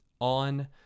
on